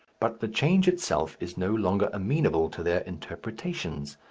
but the change itself is no longer amenable to their interpretations,